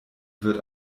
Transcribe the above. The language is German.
wird